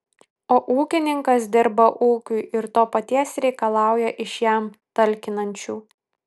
o ūkininkas dirba ūkiui ir to paties reikalauja iš jam talkinančių